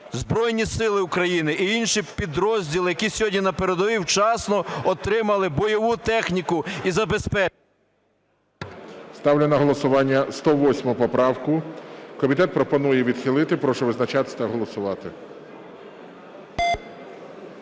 Збройні Сили України і інші підрозділи, які сьогодні на передовій, вчасно отримали бойову техніку і… ГОЛОВУЮЧИЙ. Ставлю на голосування 108 поправку. Комітет пропонує відхилити. Прошу визначатись та голосувати.